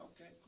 Okay